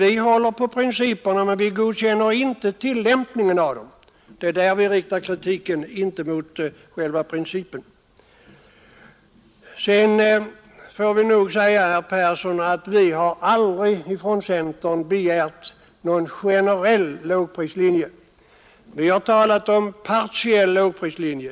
Vi håller alltså på grundprinciperna, men vi godkänner inte tillämpningen — det är mot den vi riktar kritiken; inte mot själva principen. Vi får nog säga, herr Persson i Skänninge, att vi i centern aldrig har begärt någon generell lågprislinje. Vi har talat om en partiell lågprislinje.